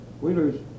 Wheeler's